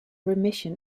remission